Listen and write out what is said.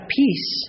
peace